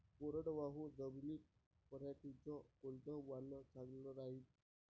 कोरडवाहू जमीनीत पऱ्हाटीचं कोनतं वान चांगलं रायीन?